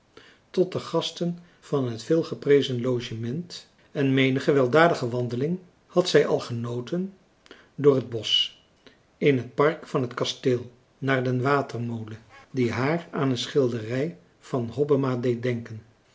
tot de gasten van het veelgeprezen logement en menige weldadige wandeling had zij al genoten door het bosch in het park van het kasteel naar den watermolen die haar aan een schilderij van hobbema deed denken